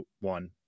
one